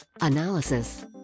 Analysis